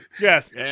Yes